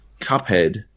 Cuphead